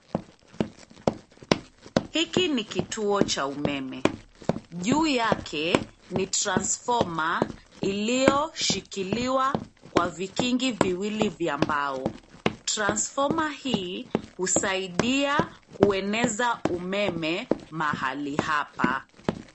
Hiki ni kituo cha umeme, juu yake ni [transformer] ilioshikiliwa kwa vikingi viwili vya mbao, [Transformer] hii husaidia kueneza umeme mahali hapa.